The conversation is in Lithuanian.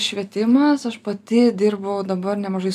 švietimas aš pati dirbau dabar nemažai